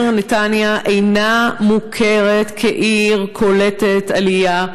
נתניה אינה מוכרת כעיר קולטת עלייה,